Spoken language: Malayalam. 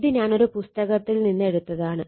ഇത് ഞാൻ ഒരു പുസ്തകത്തിൽ നിന്ന് എടുത്തതാണ്